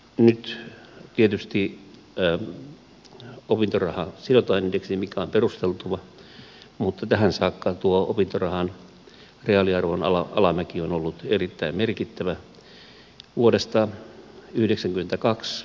nyt tietysti opintoraha sidotaan indeksiin mikä on perusteltua mutta tähän saakka tuo opintorahan reaaliarvon alamäki on ollut erittäin merkittävä